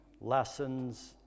lessons